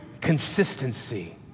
consistency